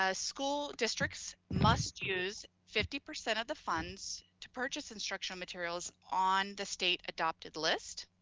ah school districts must use fifty percent of the funds to purchase instructional materials on the state adopted list,